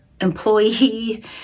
employee